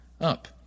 up